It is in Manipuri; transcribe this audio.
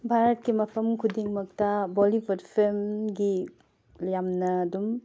ꯚꯥꯔꯠꯀꯤ ꯃꯐꯝ ꯈꯨꯗꯤꯡꯃꯛꯇ ꯕꯣꯂꯤꯋꯨꯗ ꯐꯤꯂꯝꯒꯤ ꯌꯥꯝꯅ ꯑꯗꯨꯝ